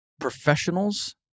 professionals